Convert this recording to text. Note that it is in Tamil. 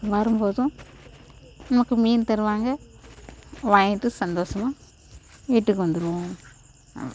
வரும் போதும் நமக்கு மீன் தருவாங்க வாங்கிட்டு சந்தோஷமாக வீட்டுக்கு வந்திடுவோம்